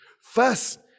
First